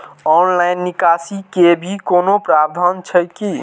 Online निकासी के भी कोनो प्रावधान छै की?